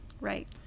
Right